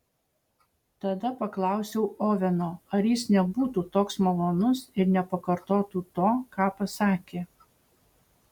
tada paklausiau oveno ar jis nebūtų toks malonus ir nepakartotų to ką pasakė